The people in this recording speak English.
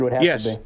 Yes